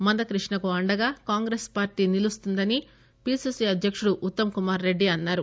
మందకృష్ణకు అండగా కాంగ్రెస్ పార్టీ నిలుస్తుందని పీసీసీ అధ్యకుడు ఉత్తమ్ కుమార్ రెడ్డి అన్నారు